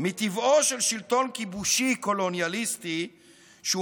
"מטבעו של שלטון כיבושי-קולוניאליסטי שהוא